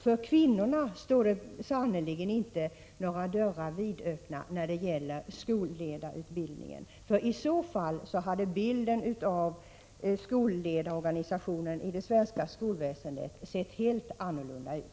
För kvinnorna står det sannerligen inte några dörrar vidöppna när det gäller skolledarutbildningen. Hade det varit så, hade bilden av skolledarorganisationen i det svenska skolväsendet sett helt annorlunda ut.